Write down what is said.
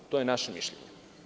To je naše mišljenje.